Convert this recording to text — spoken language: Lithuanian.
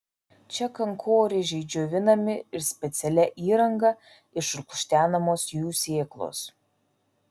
čia kankorėžiai džiovinami ir specialia įranga išlukštenamos jų sėklos